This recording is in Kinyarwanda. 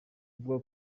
avuga